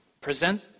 Present